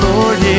Lord